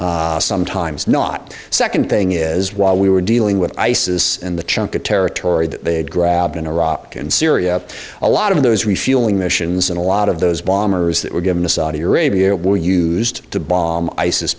government sometimes not second thing is while we were dealing with isis and the chunk of territory that they had grabbed in iraq and syria a lot of those refueling missions and a lot of those bombers that were given the saudi arabia were used to bomb isis